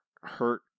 hurt